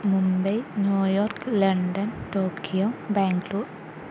Mumbai New York London Tokyo Bangalore